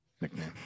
nickname